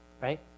right